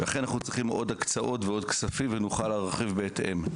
לכן אנחנו צריכים עוד הקצאות ועוד כספים ונוכל להרחיב בהתאם.